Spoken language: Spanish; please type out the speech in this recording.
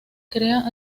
crea